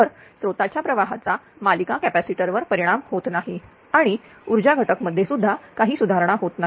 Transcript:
तर स्त्रोताच्या प्रवाहाचा मालिका कॅपॅसिटर वर परिणाम होत नाही आणि ऊर्जा घटक मध्ये सुद्धा काही सुधारणा होत नाही